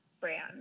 brand